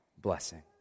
blessing